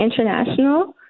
International